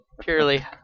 purely